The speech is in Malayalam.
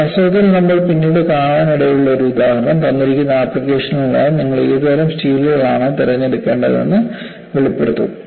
വാസ്തവത്തിൽ നമ്മൾ പിന്നീട് കാണാനിടയുള്ള ഒരു ഉദാഹരണം തന്നിരിക്കുന്ന ആപ്ലിക്കേഷനായി നിങ്ങൾ ഏത് തരം സ്റ്റീലുകളാണ് തിരഞ്ഞെടുക്കേണ്ടതെന്ന് വെളിപ്പെടുത്തും